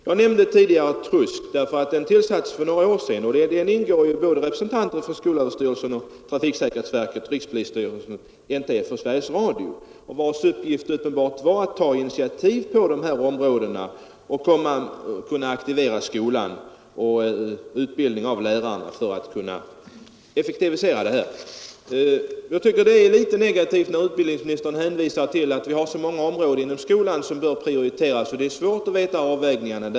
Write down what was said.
Jag nämnde tidigare TRUSK, som tillsattes för några år sedan. I den ingår representanter för skolöverstyrelsen, trafiksäkerhetsverket, rikspolisstyrelsen, NTF och Sveriges Radio, och dess uppgift var uppenbarligen att ta initiativ på de här områdena, aktivera skolan och utbildningen av lärarna — för att undervisningen skulle kunna effektiviseras. Jag tycker det är litet negativt när utbildningsministern hänvisar till att vi har så många områden inom skolan som bör prioriteras och att det är svårt att göra avvägningarna.